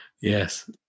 Yes